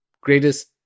greatest